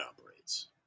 operates